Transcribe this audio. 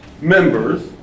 members